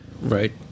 Right